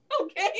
Okay